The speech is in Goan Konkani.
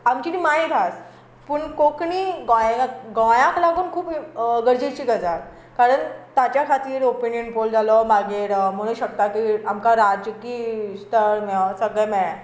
आमची ती मायभास पूण कोंकणी गोंयाक गोंयाक लागून खूब गरजेची गजाल कारण ताच्या खातीर ओपिनियन पोल जालो मागीर म्हणूंक शकता की आमकां राजकी स्तळ मेळ्ळो सगळें मेळ्ळें